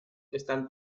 están